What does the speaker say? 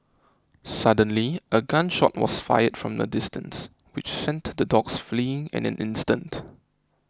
suddenly a gun shot was fired from the distance which sent the dogs fleeing in an instant